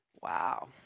Wow